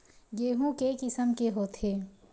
गेहूं के किसम के होथे?